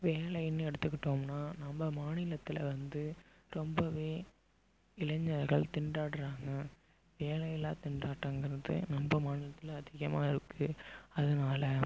வேலைனு எடுத்துகிட்டோம்னால் நம்ம மாநிலத்தில் வந்து ரொம்பவே இளைஞர்கள் திண்டாடுறாங்கள் வேலையில்லா திண்டாட்டங்கிறது நம்ம மாநிலத்தில் அதிகமாக இருக்குது அதனால